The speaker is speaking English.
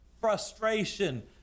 frustration